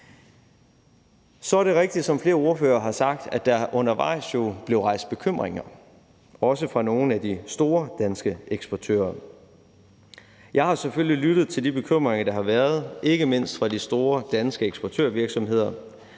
Så er det rigtigt, som flere ordførere har sagt, at der jo undervejs er blevet rejst bekymringer, også fra nogle af de store danske eksportører. Jeg har selvfølgelig lyttet til de bekymringer, der har været, ikke mindst fra de store danske eksportørvirksomheder.